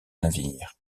navire